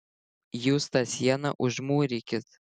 jūs tą sieną užmūrykit